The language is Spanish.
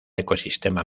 ecosistema